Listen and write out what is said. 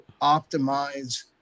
optimize